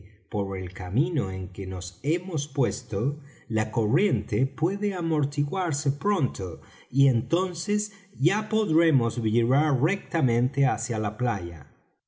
por el camino en que nos hemos puesto la corriente puede amortiguarse pronto y entonces ya podremos virar rectamente hacia la playa